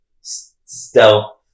stealth